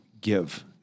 give